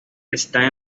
está